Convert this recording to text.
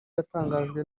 yatangajwe